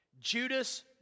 Judas